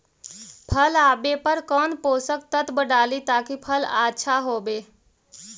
फल आबे पर कौन पोषक तत्ब डाली ताकि फल आछा होबे?